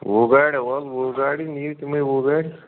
وُہ گاڑِ ہا ولہٕ وُہ گاڑِ نِیو تِمٔے وُہ گاڑِ